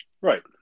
Right